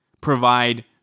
provide